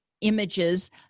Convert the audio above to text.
images